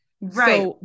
Right